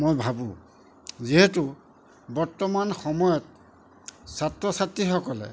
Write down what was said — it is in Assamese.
মই ভাবোঁ যিহেতু বৰ্তমান সময়ত ছাত্ৰ ছাত্ৰীসকলে